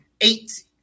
eight